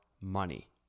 money